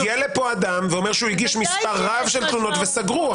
הגיע לכאן אדם ואומר שהוא הגיש מספר רב של תלונות וסגרו.